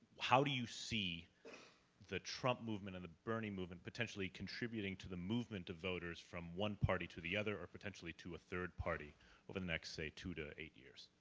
how do you see the trump movement and the bernie movement potentially contributing to the movement of voters from one party to the other or potentially to a third party over the next, say, two to eight years?